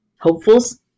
hopefuls